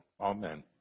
Amen